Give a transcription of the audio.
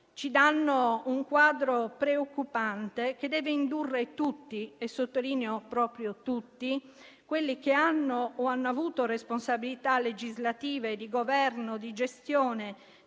ci danno un quadro preoccupante, che deve indurre tutti - e sottolineo proprio tutti - quelli che hanno o hanno avuto responsabilità legislative, di governo, di gestione,